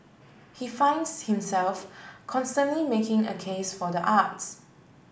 he finds himself constantly making a case for the arts